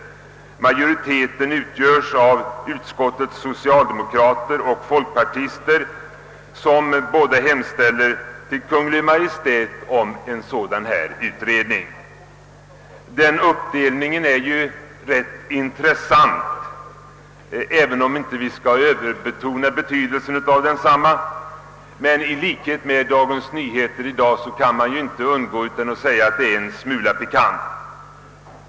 Majoriteten utgörs av utskottets socialdemokrater och folkpartister, som båda hemställer till Kungl. Maj:t om en sådan här utredning. Denna uppdelning är ju rätt intressant, även om vi inte skall överbetona betydelsen av den. Men i likhet med Dagens Nyheter kan man inte underlåta att säga att det hela är en smula pikant.